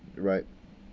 right